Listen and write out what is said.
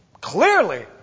clearly